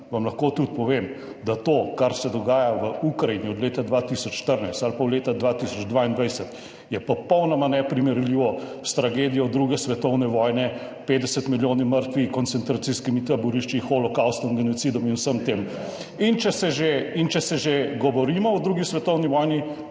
vam lahko tudi povem, da to, kar se dogaja v Ukrajini od leta 2014 ali pa v leta 2022 je popolnoma neprimerljivo s tragedijo II. svetovne vojne, 50 milijoni mrtvih, koncentracijskimi taborišči, holokavstom, genocidom in vsem tem. In če že govorimo o II. svetovni vojni,